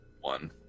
One